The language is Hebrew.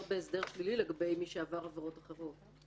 בהסדר שלילי לגבי מי שעבר עבירות אחרות.